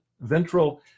ventral